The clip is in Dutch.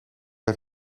het